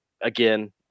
again